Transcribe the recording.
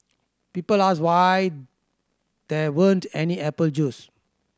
people asked why there weren't any apple juice